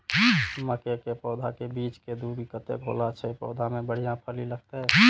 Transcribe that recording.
मके के पौधा के बीच के दूरी कतेक होला से पौधा में बढ़िया फली लगते?